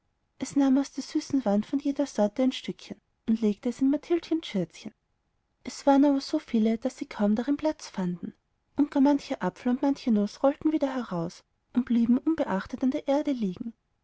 es nahm aus der süßen wand von jeder sorte ein stückchen und legte es in mathildchens schürzchen es waren aber so viele daß sie kaum platz darin fanden und gar mancher apfel und manche nuß rollten wieder heraus und blieben unbeachtet an der erde liegen